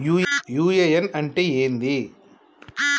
UAN అంటే ఏంది?